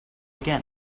again